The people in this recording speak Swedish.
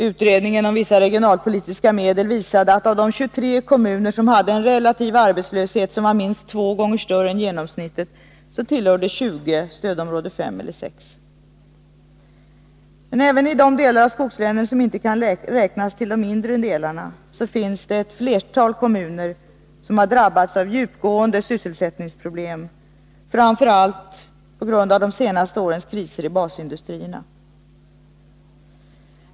Utredningen om vissa regionalpolitiska medel visade att av de 23 kommuner som hade en relativ arbetslöshet som var minst två gånger större än riksgenomsnittet tillhörde 20 kommuner stödområde 5 eller 6. Ävenii de delar av skogslänen som inte kan räknas till de inre delarna finns det ett flertal kommuner som har drabbats av djupgående sysselsättningsproblem, framför allt på grund av de senaste årens kriser i basindustrierna.